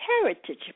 Heritage